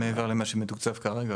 מעבר למה שמתוקצב כרגע,